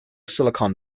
silicon